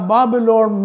Babylon